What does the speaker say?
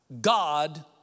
God